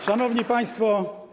Szanowni Państwo!